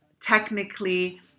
technically